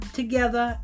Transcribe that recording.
together